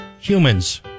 humans